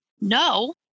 no